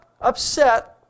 upset